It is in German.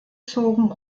zogen